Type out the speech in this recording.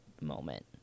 moment